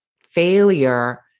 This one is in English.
failure